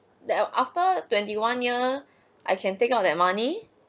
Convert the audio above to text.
that after twenty one year I can take out that money